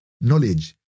knowledge